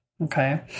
Okay